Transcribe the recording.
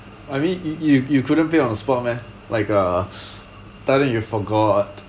I mean you you you couldn't pay on the spot meh like uh tell them you forgot